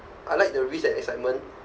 I like the risk and excitement